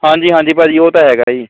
ਹਾਂਜੀ ਹਾਂਜੀ ਭਾਅ ਜੀ ਉਹ ਤਾਂ ਹੈਗਾ ਜੀ